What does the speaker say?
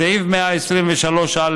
סעיף 123א,